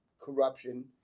corruption